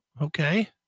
Okay